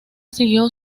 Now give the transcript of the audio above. siguió